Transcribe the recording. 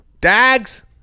dags